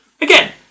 again